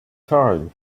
time